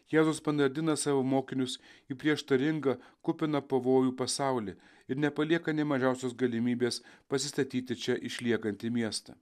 jėzus panardina savo mokinius į prieštaringą kupiną pavojų pasaulį ir nepalieka nė mažiausios galimybės pasistatyti čia išliekantį miestą